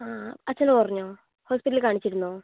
ആ അച്ഛനു കുറഞ്ഞോ ഹോസ്പിറ്റലിൽ കാണിച്ചിരുന്നോ